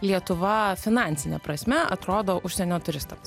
lietuva finansine prasme atrodo užsienio turistams